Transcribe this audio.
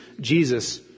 Jesus